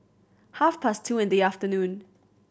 half past two in the afternoon